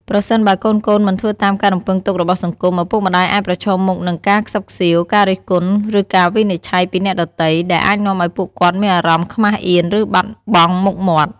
ប្រសិនបើកូនៗមិនធ្វើតាមការរំពឹងទុករបស់សង្គម ឪពុកម្ដាយអាចប្រឈមមុខនឹង ការខ្សឹបខ្សៀវ ការរិះគន់ ឬការវិនិច្ឆ័យ ពីអ្នកដទៃ ដែលអាចនាំឲ្យពួកគាត់មានអារម្មណ៍ខ្មាសអៀន ឬបាត់បង់មុខមាត់។